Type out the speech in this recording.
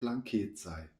blankecaj